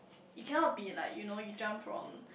it cannot be like you know you jump from